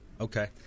okay